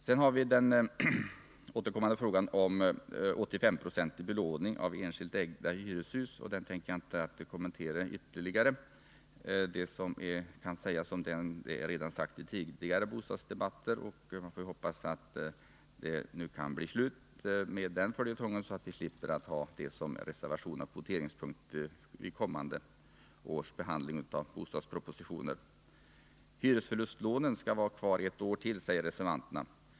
Sedan har vi den återkommande frågan om 85-procentig belåning av enskilt ägda hyreshus, och den tänker jag inte kommentera ytterligare. Det som kan sägas om den är redan sagt i tidigare bostadsdebatter, och man får hoppas att det nu kan bli slut med den följetongen och att vi slipper ha den frågan uppe i reservationer och voteringspunkter vid kommande års behandling av bostadspolitiska propositioner. Hyresförlustlånen skall vara kvar ett år till, säger reservanterna.